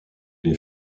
les